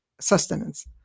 sustenance